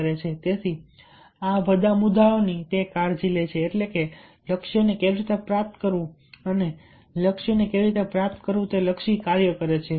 તેથી આ બધા મુદ્દાઓની તે કાળજી લે છે એટલે કે લક્ષ્યને કેવી રીતે પ્રાપ્ત કરવું લક્ષ્યને કેવી રીતે પ્રાપ્ત કરવું તે લક્ષી કાર્યો કરે છે